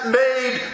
made